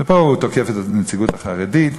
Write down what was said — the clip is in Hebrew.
ופה הוא תוקף את הנציגות החרדית: